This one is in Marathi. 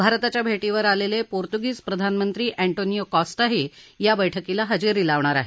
भारताच्या भेटीवर आलेले पोर्तुगीज प्रधानमंत्री अँटोनियो कॉस्टाही या बैठकीला हजेरी लावणार आहेत